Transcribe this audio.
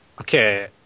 Okay